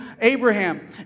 Abraham